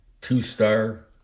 two-star